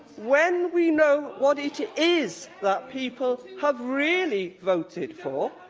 when we know what it is that people have really voted for,